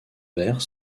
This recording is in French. vert